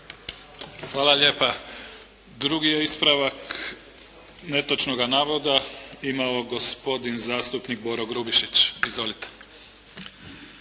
Hvala lijepa. Drugi je ispravak netočnoga navoda imao gospodin zastupnik Boro Grubišić. Izvolite.